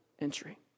entry